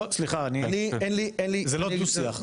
סליחה, זה לא דו-שיח.